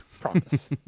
Promise